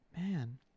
Man